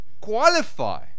qualify